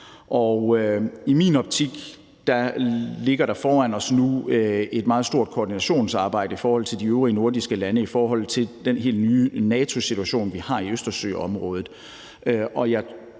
I min optik ligger der foran os nu et meget stort koordinationsarbejde med de øvrige nordiske lande i forhold til den helt nye NATO-situation, vi har i Østersøområdet,